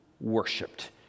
worshipped